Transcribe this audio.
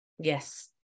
Yes